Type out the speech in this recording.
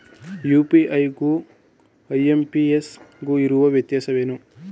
UPI ಗು IMPS ಗು ಇರುವ ವ್ಯತ್ಯಾಸವೇನು?